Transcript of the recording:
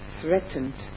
threatened